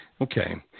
Okay